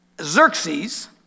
Xerxes